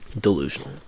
Delusional